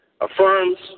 affirms